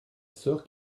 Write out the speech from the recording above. soeur